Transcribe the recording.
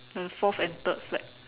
the fourth and third flag